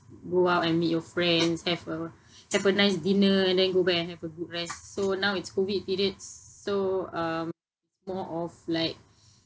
go out and meet your friends have a have a nice dinner and then go back and have a good rest so now is COVID period s~ so um more of like